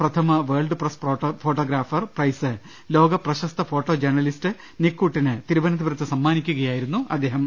പ്രഥമ world press photographer prize ലോക പ്രശസ്ത ഫോട്ടോ ജേണലിസ്റ്റ് നിക്ക് ഉട്ടിന് തിരുവനന്ത പുരത്ത് സമ്മാനിക്കുകയായിരുന്നു അദ്ദേഹം